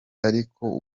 ariko